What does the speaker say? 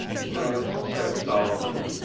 gramps said solemnly,